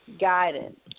guidance